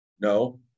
no